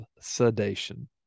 sedation